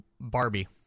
Barbie